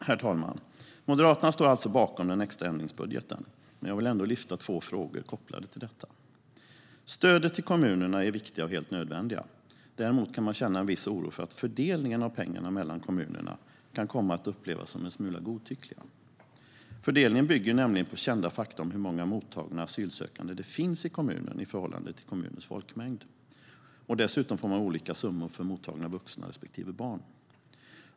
Herr talman! Moderaterna står alltså bakom den extra ändringsbudgeten. Men jag vill ändå lyfta upp två frågor som är kopplade till detta. Stöden till kommunerna är viktiga och helt nödvändiga. Däremot kan man känna en viss oro för att fördelningen av pengarna mellan kommunerna kan komma att upplevas som en smula godtycklig. Fördelningen bygger nämligen på kända fakta om hur många mottagna asylsökande det finns i kommunen i förhållande till kommunens folkmängd. Dessutom får kommunerna olika summor för mottagna vuxna respektive barn.